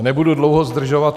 Nebudu dlouho zdržovat.